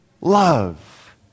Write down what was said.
love